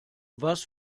was